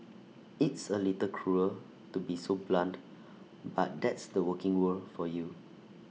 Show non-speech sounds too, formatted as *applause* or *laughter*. it's A little cruel to be so blunt *noise* but that's the working world for you